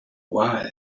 wise